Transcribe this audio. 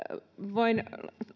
voin